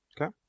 Okay